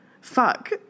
Fuck